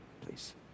Please